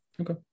Okay